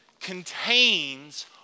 contains